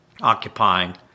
occupying